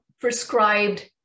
prescribed